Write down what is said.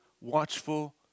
watchful